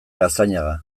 gaztañaga